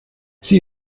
sie